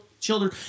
children